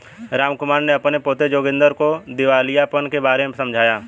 रामकुमार ने अपने पोते जोगिंदर को दिवालियापन के बारे में समझाया